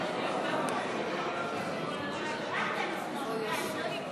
הצעת חוק שחרור על תנאי ממאסר (תיקון,